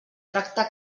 tracte